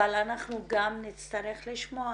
אנחנו גם נצטרך לשמוע